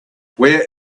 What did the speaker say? where